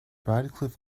radcliffe